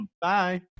Bye